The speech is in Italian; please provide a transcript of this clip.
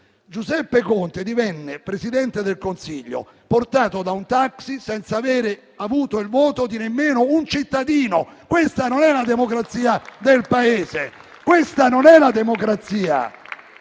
Giuseppe Conte divenne Presidente del Consiglio portato da un taxi, senza avere avuto il voto di nemmeno un cittadino. Questa non è la democrazia di un Paese! Questa non è la democrazia!